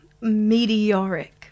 meteoric